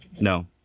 No